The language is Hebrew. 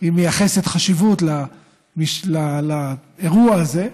היא מייחסת חשיבות לאירוע הזה.